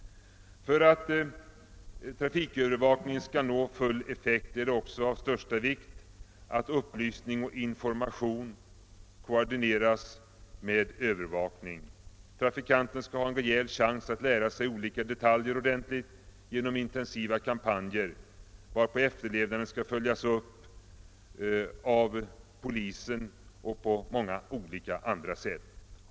För att trafikövervakningen skall nå full effekt är det också av största vikt att upplysning och information koordineras med övervakning. Trafikanten skall ha en rejäl chans att lära sig olika detaljer ordentligt genom intensiva kampanjer, varpå efterlevnaden skall följas upp av polisen och på många andra sätt.